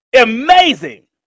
Amazing